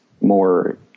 more